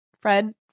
fred